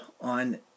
on